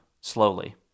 slowly